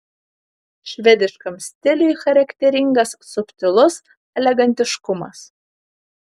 švediškam stiliui charakteringas subtilus elegantiškumas